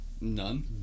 None